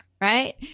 right